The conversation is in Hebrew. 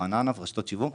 יוחננוף ורשתות שיווק,